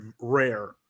rare